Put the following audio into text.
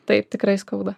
taip tikrai skauda